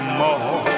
more